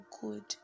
good